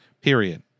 Period